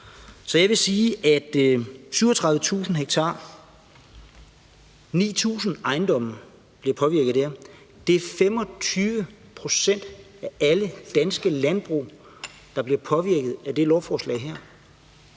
Så jeg vil sige, at 37.000 ha og 9.000 ejendomme bliver påvirket af det her. Det er 25 pct. af alle danske landbrug, der bliver påvirket af det her lovforslag.